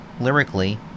lyrically